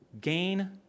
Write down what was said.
gain